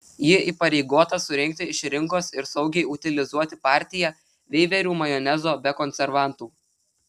ji įpareigota surinkti iš rinkos ir saugiai utilizuoti partiją veiverių majonezo be konservantų